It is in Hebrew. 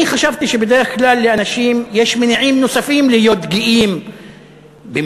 אני חשבתי שבדרך כלל לאנשים יש מניעים נוספים להיות גאים במדינה,